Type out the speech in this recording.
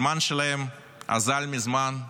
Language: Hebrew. הזמן שלהם אזל מזמן,